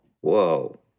Whoa